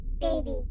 Baby